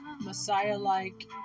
messiah-like